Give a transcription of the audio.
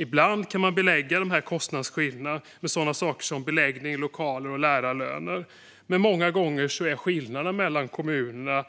Ibland kan dessa kostnadsskillnader förklaras med saker som beläggning, lokaler och lärarlöner, men många gånger går skillnader mellan kommuner